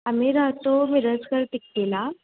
आम्ही राहतो मिरजकर तिकटीला